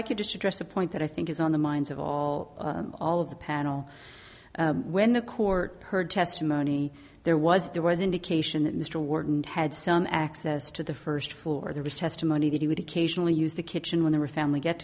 i could just address a point that i think is on the minds of all all of the panel when the court heard testimony there was there was indication that mr wharton had some access to the first floor there was testimony that he would occasionally use the kitchen when they were family get